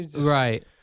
Right